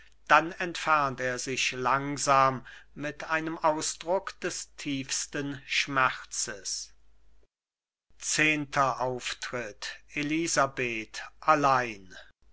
dann entfernt er sich langsam mit einem ausdruck des tiefsten schmerzes elisabeth allein